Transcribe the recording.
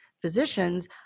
physicians